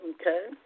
Okay